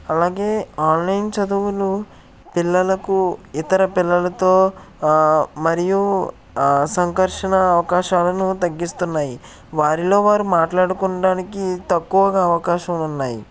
అలాగే ఆన్లైన్ చదువులు పిల్లలకు ఇతర పిల్లలతో మరియు సంకర్షణ అవకాశాలను తగ్గిస్తున్నాయి వారిలో వారు మాట్లాడుకోవడానికి తక్కువగా అవకాశం ఉన్నాయి